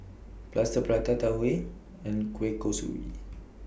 Plaster Prata Tau Huay and Kueh Kosui